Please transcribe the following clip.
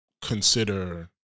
consider